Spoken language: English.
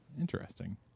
Interesting